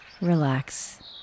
Relax